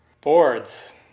Boards